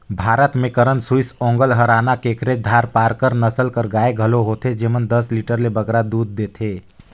भारत में करन स्विस, ओंगोल, हराना, केकरेज, धारपारकर नसल कर गाय घलो होथे जेमन दस लीटर ले बगरा दूद देथे